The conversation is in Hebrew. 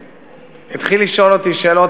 התחיל לשאול אותי שאלות.